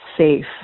safe